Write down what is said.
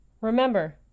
Remember